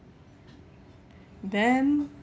then